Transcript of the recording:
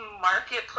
marketplace